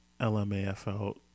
LMAFL